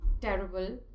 terrible